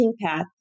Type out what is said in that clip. path